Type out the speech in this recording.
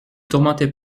tourmentez